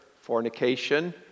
fornication